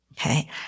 okay